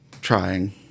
trying